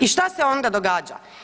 I šta se onda događa?